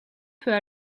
peut